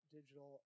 Digital